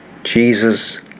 Jesus